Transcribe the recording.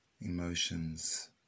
emotions